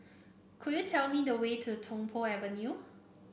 could you tell me the way to Tung Po Avenue